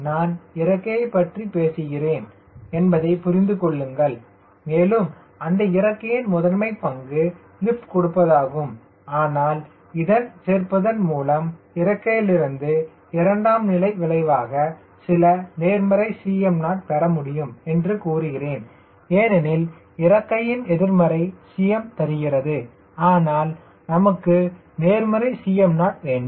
நான் இறக்கையை பற்றி பேசுகிறோம் என்பதை புரிந்து கொள்ளுங்கள் மேலும் அந்த இறக்கையின் முதன்மை பங்கு லிப்ட் கொடுப்பதாகும் ஆனால் இதை சேர்ப்பதன் மூலம் இறக்கையிலிருந்து இரண்டாம் நிலை விளைவாக சில நேர்மறை Cm0 பெற முடியும் என்று கூறுகிறேன் ஏனெனில் இறக்கை எதிர்மறை Cm தருகிறது ஆனால் நமக்கு நேர்மறை Cm0 வேண்டும்